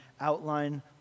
outline